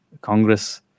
Congress